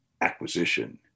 acquisition